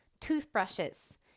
toothbrushes